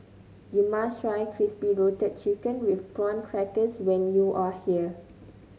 you must try Crispy Roasted Chicken with Prawn Crackers when you are here